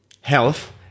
health